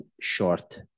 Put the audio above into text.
short